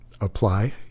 apply